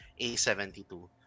A72